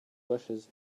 bushes